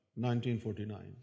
1949